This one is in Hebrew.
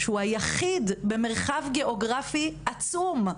שהוא היחיד במרחב גיאוגרפי עצום.